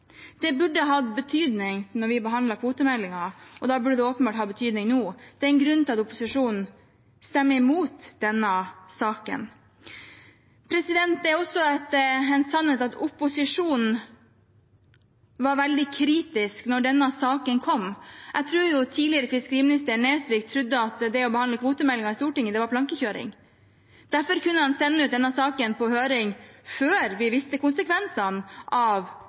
Det burde ha betydning når vi behandler kvotemeldingen, og da burde det åpenbart ha betydning nå. Det er en grunn til at opposisjonen stemmer imot denne saken. Det er også en sannhet at opposisjonen var veldig kritisk da denne saken kom. Jeg tror tidligere fiskeriminister Harald Tom Nesvik trodde at det å behandle kvotemeldingen i Stortinget var plankekjøring. Derfor kunne han sende ut denne saken på høring før vi visste konsekvensene av